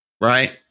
right